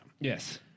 Yes